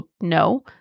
No